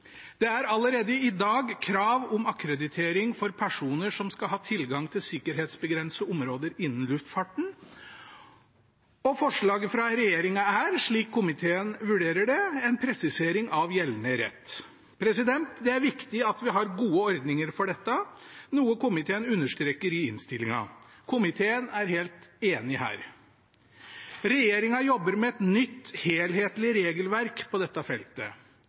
Det er allerede i dag krav om akkreditering for personer som skal ha tilgang til sikkerhetsbegrensede områder innen luftfarten, og forslaget fra regjeringen er, slik komiteen vurderer det, en presisering av gjeldende rett. Det er viktig at vi har gode ordninger for dette, noe komiteen understreker i innstillingen. Komiteen er helt enig her. Regjeringen jobber med et nytt helhetlig regelverk på dette feltet.